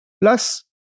Plus